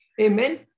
Amen